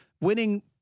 winning